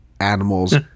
animals